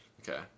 Okay